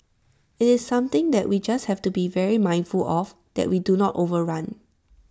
IT is something that we just have to be very mindful of that we do not overrun